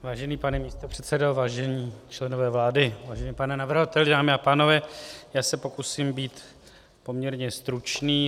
Vážený pane místopředsedo, vážení členové vlády, vážený pane navrhovateli, dámy a pánové, pokusím se být poměrně stručný.